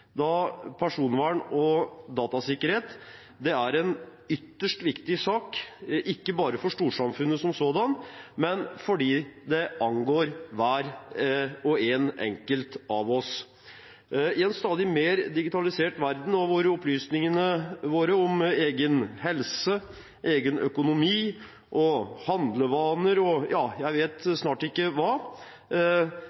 da personvern og datasikkerhet er en ytterst viktig sak, ikke bare for storsamfunnet som sådant, men for hver og en av oss. I en stadig mer digitalisert verden, hvor opplysningene våre om egen helse, egen økonomi og handlevaner – og jeg vet